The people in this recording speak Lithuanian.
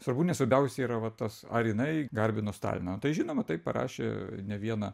svarbu nes svarbiausia yra va tas ar jinai garbino staliną tai žinoma taip parašė ne vieną